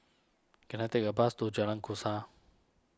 can I take a bus to Jalan Kasau